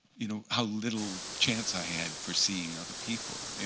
you know ah little chance i had for seeing other people.